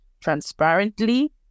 transparently